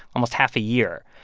almost half a year,